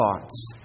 thoughts